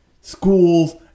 schools